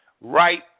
right